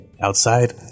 outside